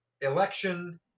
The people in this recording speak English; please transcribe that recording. election